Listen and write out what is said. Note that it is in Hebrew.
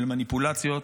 של מניפולציות,